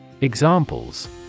Examples